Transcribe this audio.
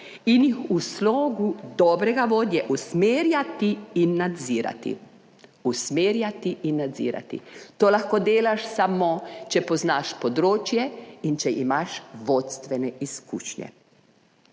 in jih v slogu dobrega vodje usmerjati in nadzirati. Usmerjati in nadzirati. To lahko delaš samo, če poznaš področje, in če imaš vodstvene izkušnje.